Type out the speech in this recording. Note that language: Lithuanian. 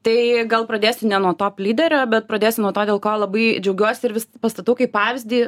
tai gal pradėsiu nuo top lyderio bet pradėsiu nuo to dėl ko labai džiaugiuosi ir vis pastatau kaip pavyzdį